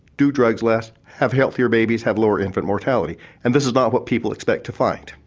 do drugs less, have healthier babies, have lower infant mortality and this is not what people expect to find,